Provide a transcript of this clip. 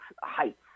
heights